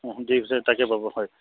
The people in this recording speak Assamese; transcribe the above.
অঁ দিছে তাকে পাব হয়